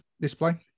display